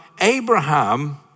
Abraham